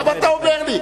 למה אתה אומר לי?